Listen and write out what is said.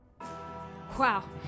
wow